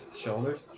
shoulders